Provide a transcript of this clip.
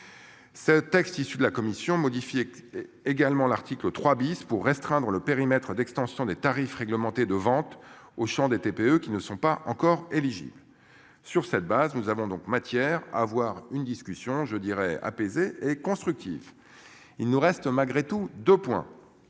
Ce texte issu de la commission, modifier également l'article 3 bis pour restreindre le périmètre d'extension des tarifs réglementés de vente au chant des TPE qui ne sont pas encore éligibles. Sur cette base, nous avons donc matière à avoir une discussion je dirais apaisée et constructive. Il nous reste malgré tout de points.